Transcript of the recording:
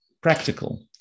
practical